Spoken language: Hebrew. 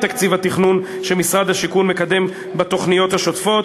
תקציב התכנון שמשרד השיכון מקדם בתוכניות השוטפות.